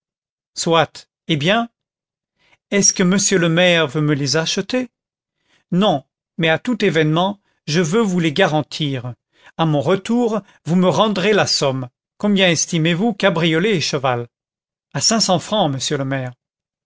eh bien est-ce que monsieur le maire veut me les acheter non mais à tout événement je veux vous les garantir à mon retour vous me rendrez la somme combien estimez-vous cabriolet et cheval à cinq cents francs monsieur le maire